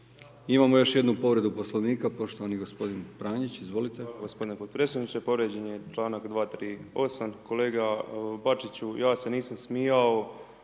Imamo još jednu povredu Poslovnika, poštovani gospodin Pranić. Izvolite.